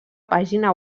pàgina